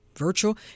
virtual